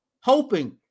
hoping